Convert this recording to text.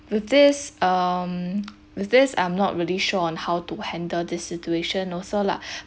with this um with this I'm not really sure on how to handle the situation also lah